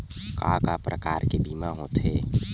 का का प्रकार के बीमा होथे?